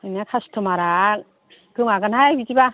नोंना कास्त'मार आ गोमागोनहाय बिदिबा